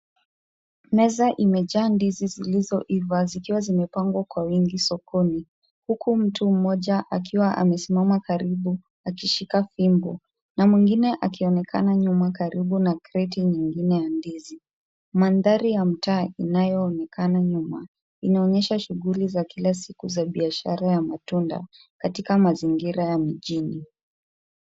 Meza imejaa ndizi zilizoiva zikiwa zimepangwa kwa wingi sokoni huku mtu mmoja akiwa amesimama karibu akishika fimbo na mwingine akionekana nyuma karibu na kreti nyingine ya ndizi. Mandhari ya mtaa inayoonekana nyuma inaonesha shughuli za kila siku za biashara ya matunda katika mazingira ya mijini.